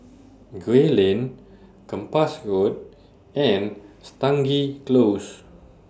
Gray Lane Kempas Road and Stangee Close